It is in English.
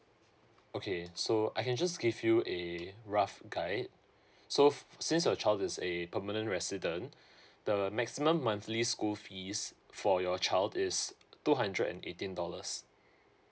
okay so I can just give you a rough guide so f~ since your child is a permanent resident the maximum monthly school fees for your child is two hundred and eighteen dollars